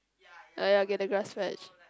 oh ya get the glass patch